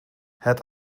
het